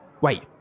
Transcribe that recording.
Wait